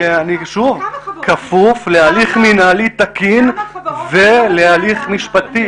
שוב, כי אני כפוף להליך מינהלי תקין ולהליך משפטי.